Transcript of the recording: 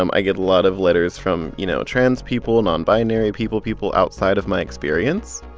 um i get a lot of letters from, you know, trans people, nonbinary people, people outside of my experience.